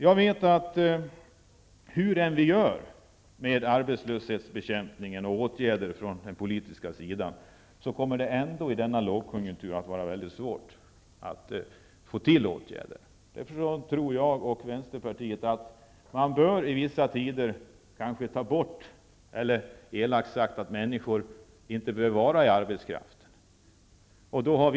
Jag vet att hur vi än gör med arbetslöshetsbekämpningen och politiska åtgärder mot arbetslösheten kommer det ändå att vara mycket svårt att få fram åtgärder i denna lågkonjunktur. Därför tror vi i Vänsterpartiet att man i vissa tider kanske bör ta bort människor från arbetskraften, elakt sagt.